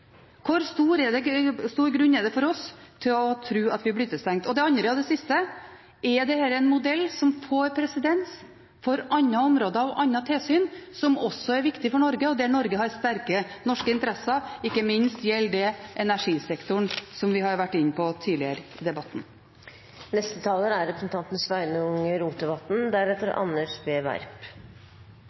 Hvor stor grunn er det for oss til å tro at vi blir utestengt? Og det siste: Er dette en modell som får presedens for andre områder og andre tilsyn som også er viktig for Norge, og der Norge har sterke norske interesser? Ikke minst gjelder det energisektoren, som vi har vært inne på tidligere i debatten. Det er